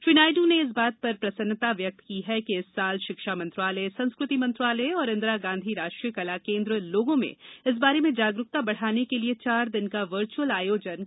श्री नायडू ने इस बात पर प्रसन्नता व्यक्त की है कि इस साल शिक्षा मंत्रालय संस्कृति मंत्रालय और इंदिरा गांधी राष्ट्रीय कला केन्द्र लोगों में इस बारे में जागरूकता बढ़ाने के लिए चार दिन का वर्चुअल आयोजन कर रहे हैं